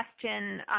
question